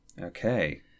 Okay